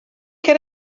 can